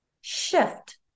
shift